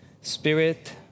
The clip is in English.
Spirit